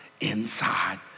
inside